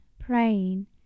praying